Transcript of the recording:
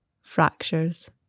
fractures